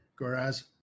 Goraz